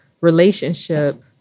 relationship